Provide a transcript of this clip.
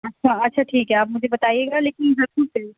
اچھا اچھا ٹھیک ہے آپ مجھے بتائیے گا لیکن ضرور سے